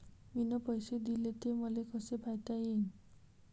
मिन पैसे देले, ते मले कसे पायता येईन?